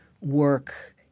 work